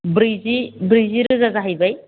ब्रैजि ब्रैजि रोजा जाहैबाय